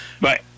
Bye